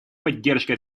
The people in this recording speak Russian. поддержкой